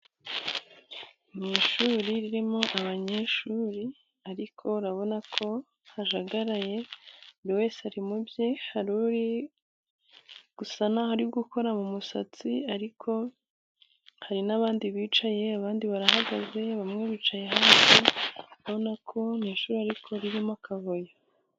Mu ishuri ririmo abanyeshuri ariko urabona ko hajagaraye, buri wese ari mu bye haruri gusa nuri gukora mu musatsi, ariko hari n'abandi bicaye abandi barahagaze, bamwe bicaye hanze babona ko mu ishuri ariko ririmo akavuyo.